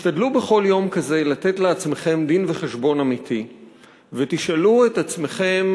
תשתדלו בכל יום כזה לתת לעצמכם דין-וחשבון אמיתי ותשאלו את עצמכם,